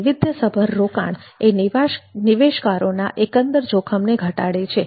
વૈવિધ્યસભર રોકાણ એ નિવેશકારોના એકંદર જોખમને ઘટાડે છે